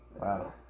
Wow